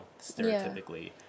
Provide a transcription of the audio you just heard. stereotypically